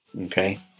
Okay